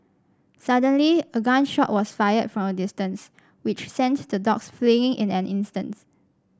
suddenly a gun shot was fired from a distance which sent the dogs fleeing in an instant